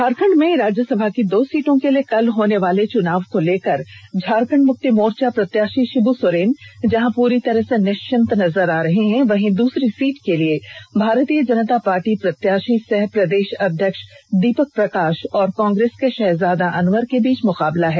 झारखंड में राज्यसभा की दो सीटों के लिए कल होने वाले चुनाव को लेकर झारखंड मुक्ति मोर्चा प्रत्याशी शिब् सोरेन जहां पूरी तरह से निश्चित नजर आ रहे है वहीं दूसरी सीट के लिए भारतीय जनता पार्टी भाजपा प्रत्याशी सह प्रदेश अध्यक्ष दीपक प्रकाश और कांग्रेस के शहजादा अनवर के बीच मुकाबला है